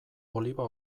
oliba